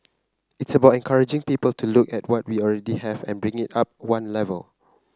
it's about encouraging people to look at what we already have and bring it up one level